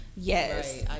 Yes